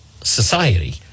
society